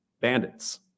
bandits